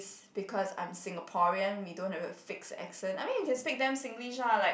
because I'm Singaporean we don't have a fixed accent I mean if you speak damn Singlish lah like